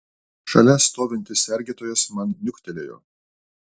šalia stovintis sergėtojas man niuktelėjo